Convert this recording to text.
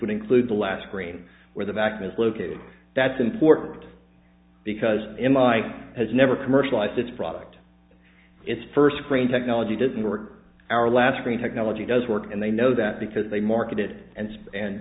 would include the last green where the back is located that's important because in my has never commercialized its product it's first screen technology didn't work our last screen technology does work and they know that because they marketed and